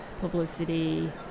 publicity